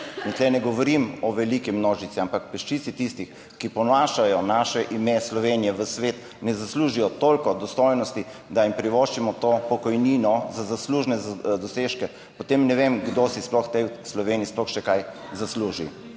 in tu ne govorim o veliki množici, ampak peščici tistih, ki ponašajo naše ime Slovenije v svet, ne zaslužijo toliko dostojnosti, da jim privoščimo to pokojnino za zaslužne dosežke, potem ne vem kdo si sploh v tej Sloveniji sploh še kaj zasluži.